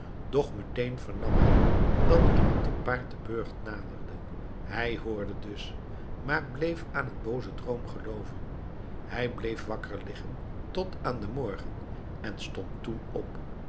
doch meteen vernam hij dat iemand te paard den burcht naderde hij hoorde dus maar bleef aan een boozen droom gelooven hij bleef wakker liggen tot aan den morgen en stond toen op